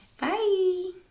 Bye